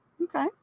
Okay